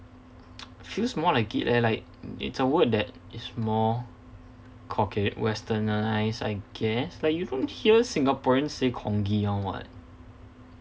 feels more like it eh like it's a word that is more cauca~ westernised I guess like you don't hear singaporeans say congee [one] [what]